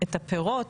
את הפירות,